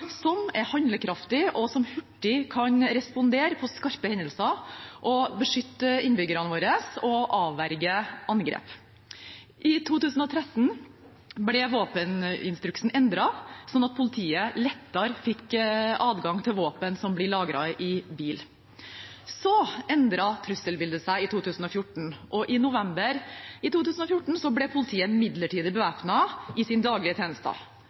som er handlekraftig og kan respondere hurtig på skarpe hendelser, beskytte innbyggerne våre og avverge angrep. I 2013 ble våpeninstruksen endret, slik at politiet lettere fikk adgang til våpen lagret i bil. Så endret trusselbildet seg i 2014. I november 2014 ble politiet midlertidig bevæpnet i sin daglige